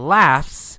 laughs